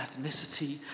ethnicity